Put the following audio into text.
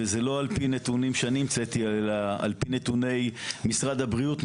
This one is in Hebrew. ולא על פי נתונים שאני המצאתי אלא על פי נתונים של משרד הבריאות,